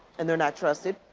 and they're not trusted.